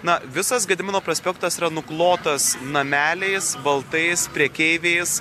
na visas gedimino prospektas yra nuklotas nameliais baltais prekeiviais